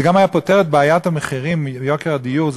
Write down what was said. וזה גם היה פותר את בעיית המחירים, יוקר הדיור.